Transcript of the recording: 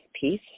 piece